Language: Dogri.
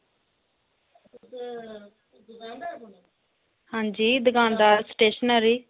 हंजी दकानदार स्टेशनरी